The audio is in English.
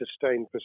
sustained